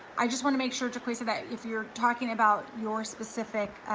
i just wanna make sure to place it that if you're talking about your specific